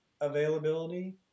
availability